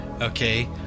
okay